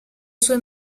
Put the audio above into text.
sue